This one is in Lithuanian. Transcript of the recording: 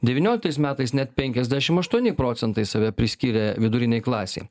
devynioliktais metais net penkiasdešim aštuoni procentai save priskyrė vidurinei klasei